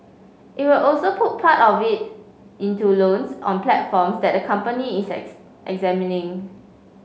it will also put part of it into loans on platforms that company is examining